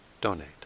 donate